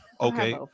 Okay